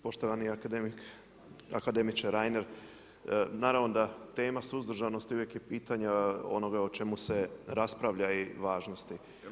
Poštovani akademiče Reiner, naravno da tema suzdržanosti uvijek je pitanje onoga o čemu se raspravlja i važnosti.